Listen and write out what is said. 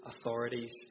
authorities